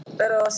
pero